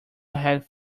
had